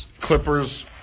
Clippers